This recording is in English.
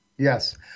Yes